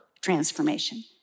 transformation